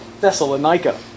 Thessalonica